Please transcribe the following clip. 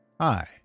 Hi